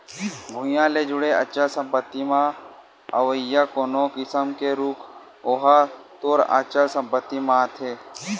भुइँया ले जुड़े अचल संपत्ति म अवइया कोनो किसम के रूख ओहा तोर अचल संपत्ति म आथे